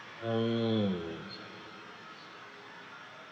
mm